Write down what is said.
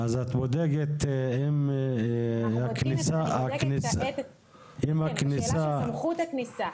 תבדקי אם הכניסה --- את השאלה של סמכות הכניסה.